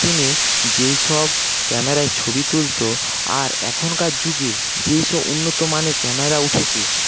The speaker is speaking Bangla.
তিনি যে সব ক্যামেরায় ছবি তুলতো আর এখনকার যুগে যে সব উন্নত মানের ক্যামেরা উঠেছে